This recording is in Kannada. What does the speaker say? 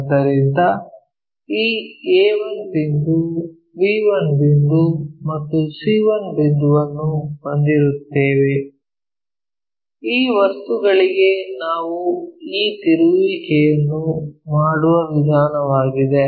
ಆದ್ದರಿಂದ ಈ a1 ಬಿಂದು b1 ಬಿಂದು ಮತ್ತು c1 ಬಿಂದುವನ್ನು ಹೊಂದಿರುತ್ತೇವೆ ಈ ವಸ್ತುಗಳಿಗೆ ನಾವು ಈ ತಿರುಗುವಿಕೆಗಳನ್ನು ಮಾಡುವ ವಿಧಾನವಾಗಿದೆ